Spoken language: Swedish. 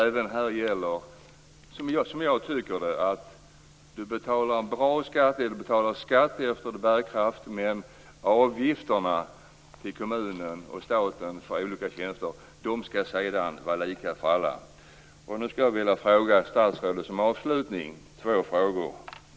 Även här gäller, tycker jag, att man betalar skatt efter bärkraft men att avgifterna till kommunen och staten för olika tjänster skall vara lika för alla. Nu skulle jag som avslutning vilja ställa två frågor till statsrådet.